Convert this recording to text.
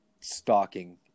stalking